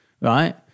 right